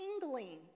tingling